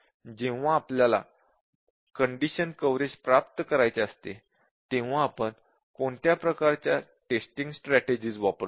जेव्हा आपल्याला condition coverage प्राप्त करायचे असते तेव्हा आपण कोणत्या प्रकारच्या टेस्टिंग स्ट्रॅटेजि वापरतो